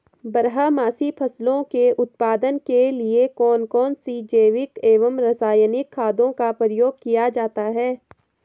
बारहमासी फसलों के उत्पादन के लिए कौन कौन से जैविक एवं रासायनिक खादों का प्रयोग किया जाता है?